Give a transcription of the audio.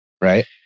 Right